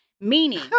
Meaning